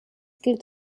gilt